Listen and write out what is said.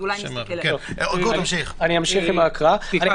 בואו נעצור עכשיו ונעשה ריסון